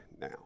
now